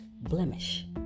blemish